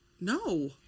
No